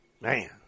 Man